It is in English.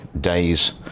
days